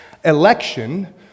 Election